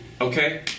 Okay